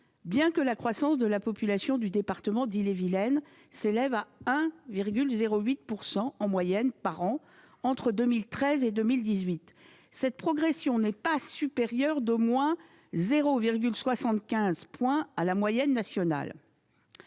bien que la croissance de la population du département d'Ille-et-Vilaine s'élève à 1,08 % en moyenne par an entre 2013 et 2018, cette progression n'est pas supérieure d'au moins 0,75 point à la moyenne nationale.